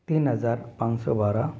तीन हज़ार पाँच सौ बारह